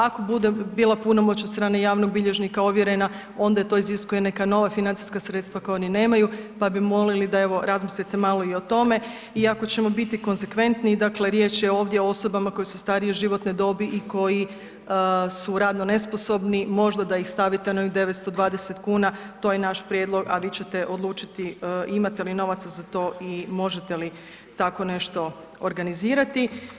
Ako bude bila punomoć od strane javnog bilježnika ovjerena, onda to iziskuje neka nova financijska sredstva koja oni nemaju pa bi molili da, evo, razmislite malo i o tome, i ako ćemo biti konsekventni, dakle riječ je ovdje o osobama koje su starije životne dobi i koji su radno nesposobni, možda da ih stavite na onih 920 kuna, to je naš prijedlog, a vi ćete odlučiti imate li novaca za to i možete li tako nešto organizirati.